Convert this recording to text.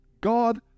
God